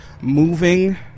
moving